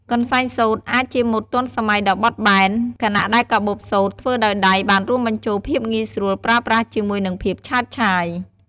កន្សែងសូត្រអាចជាម៉ូដទាន់សម័យដ៏បត់បែន ខណៈដែលកាបូបសូត្រធ្វើដោយដៃបានរួមបញ្ចូលភាពងាយស្រួលប្រើប្រាស់ជាមួយនឹងភាពឆើតឆាយ។